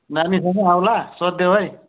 नानीसँग आउला सोधिदेऊ है